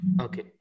Okay